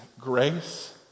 grace